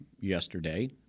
yesterday